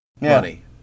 Money